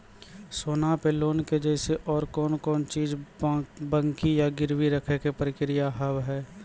सोना पे लोन के जैसे और कौन कौन चीज बंकी या गिरवी रखे के प्रक्रिया हाव हाय?